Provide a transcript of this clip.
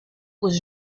was